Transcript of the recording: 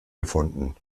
gefunden